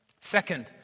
Second